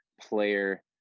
player